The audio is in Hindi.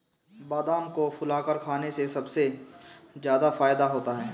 बादाम को फुलाकर खाने से सबसे ज्यादा फ़ायदा होता है